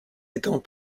étant